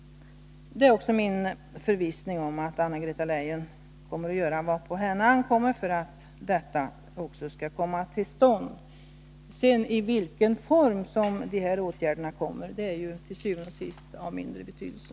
Det är också min förvissning att Anna-Greta Leijon gör vad på henne ankommer för att detta skall komma till stånd. I vilken form de här åtgärderna sedan kommer är naturligtvis til syvende og sidst av mindre betydelse.